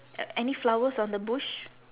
uh any flowers on the bush